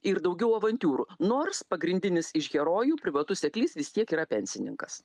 ir daugiau avantiūrų nors pagrindinis iš herojų privatus seklys vis tiek yra pensininkas